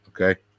okay